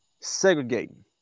segregating